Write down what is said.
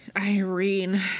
Irene